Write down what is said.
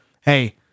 hey